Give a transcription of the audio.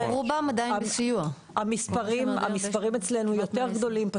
המספרים אצלנו יותר גדולים,